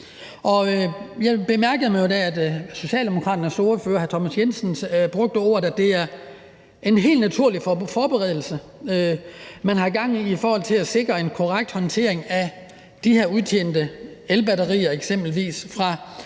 Jeg bemærkede, at Socialdemokraternes ordfører, hr. Thomas Jensen, brugte ordene om, at det er en helt naturlig forberedelse, man har gang i, i forhold til at sikre en korrekt håndtering af de her udtjente eksempelvis